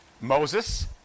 Moses